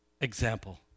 example